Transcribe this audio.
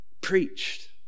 preached